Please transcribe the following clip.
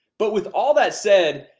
but with all that said,